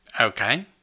Okay